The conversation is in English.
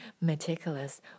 meticulous